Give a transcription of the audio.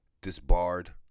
disbarred